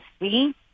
see